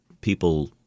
people